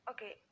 Okay